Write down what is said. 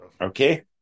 Okay